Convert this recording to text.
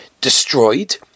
destroyed